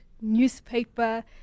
newspaper